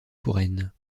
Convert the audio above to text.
touraine